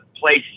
place